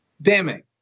damning